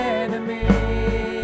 enemy